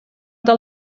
del